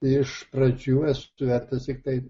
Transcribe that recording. iš pradžių esu vertęs tiktai